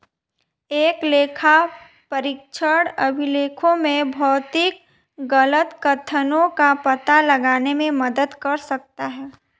एक लेखापरीक्षक अभिलेखों में भौतिक गलत कथनों का पता लगाने में मदद कर सकता है